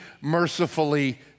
mercifully